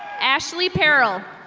ashley peril.